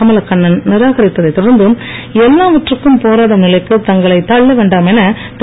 கமலக்கண்ணன் நிராகரித்தை தொடர்ந்து எல்லாவற்றுக்கும் போராடும் நிலைக்கு தங்களை தல்ல வேண்டாம் என திரு